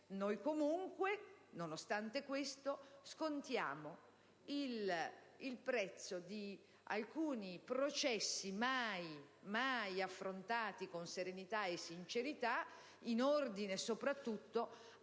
noi comunque, nonostante questo, scontiamo il prezzo di alcuni processi mai affrontati con serenità e sincerità, in ordine soprattutto a